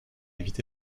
éviter